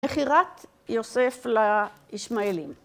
מכירת יוסף לישמעאלים.